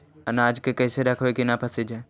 अनाज के कैसे रखबै कि न पसिजै?